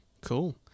Cool